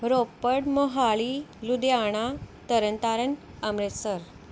Ropar Mohali Ludhiana Tarn Taran Amritsar